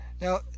now